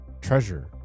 treasure